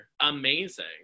amazing